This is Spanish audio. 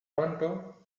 tanto